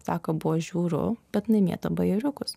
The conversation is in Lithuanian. sako buvo žiauru bet jinai mėto bajeriukus